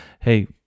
hey